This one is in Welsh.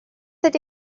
ydy